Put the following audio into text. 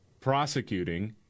prosecuting